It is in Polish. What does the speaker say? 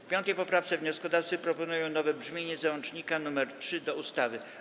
W 5. poprawce wnioskodawcy proponują nowe brzmienie załącznika nr 3 do ustawy.